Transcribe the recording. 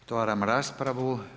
Otvaram raspravu.